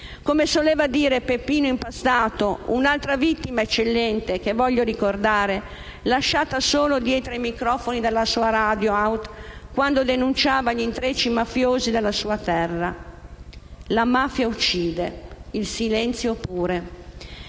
Come soleva dire Peppino Impastato, un'altra vittima eccellente che voglio ricordare (lasciata sola dietro i microfoni della sua Radio Aut, quando denunciava gli intrecci mafiosi della sua terra): «La mafia uccide, il silenzio pure».